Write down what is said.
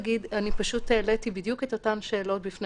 פשוט העליתי בדיוק את אותן שאלות בפני